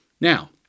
Now